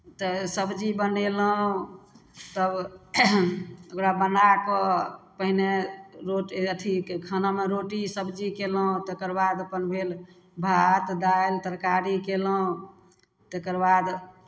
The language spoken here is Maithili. तऽ सबजी बनयलहुँ तब ओकरा बना कऽ पहिने रोट अथि खानामे रोटी सबजी कयलहुँ तकर बाद अपन भेल भात दालि तरकारी कयलहुँ तकर बाद